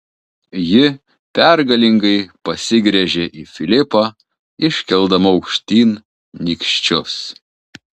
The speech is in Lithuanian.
ji pergalingai pasigręžė į filipą iškeldama aukštyn nykščius